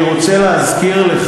ואני רוצה להזכיר לך,